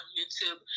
YouTube